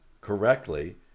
correctly